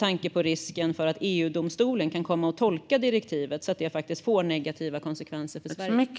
Risken finns även att EU-domstolen kan komma att tolka direktivet så att det får negativa konsekvenser för Sverige.